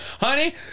Honey